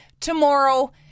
tomorrow